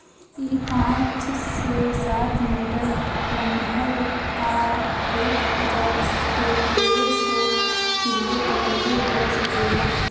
इ पाँच से सात मीटर लमहर आ एक हजार से तेरे सौ किलो तकले हो सकेला